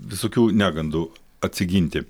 visokių negandų atsiginti